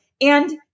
And-